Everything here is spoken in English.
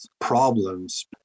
problems